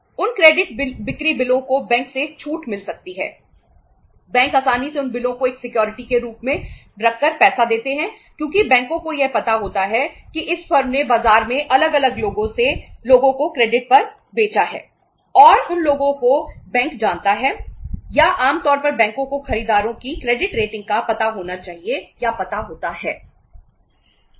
उन क्रेडिट का पता होना चाहिए या पता होता है